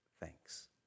thanks